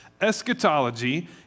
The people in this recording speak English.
Eschatology